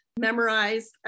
memorized